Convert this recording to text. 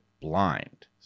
blind